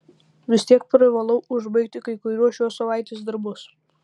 vis tiek privalau užbaigti kai kuriuos šios savaitės darbus